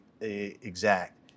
exact